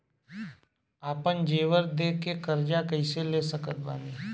आपन जेवर दे के कर्जा कइसे ले सकत बानी?